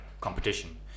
competition